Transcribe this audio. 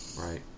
Right